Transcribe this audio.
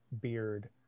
beard